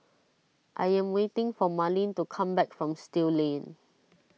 I am waiting for Marlene to come back from Still Lane